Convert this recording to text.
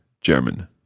German